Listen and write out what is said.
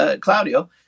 Claudio